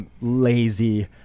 lazy